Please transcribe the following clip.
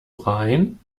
rein